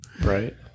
Right